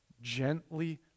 gently